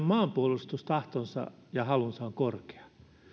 maanpuolustustahto ja halu on korkea